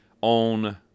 on